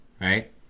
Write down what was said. right